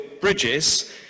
bridges